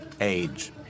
age